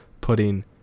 putting